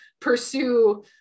pursue